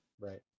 Right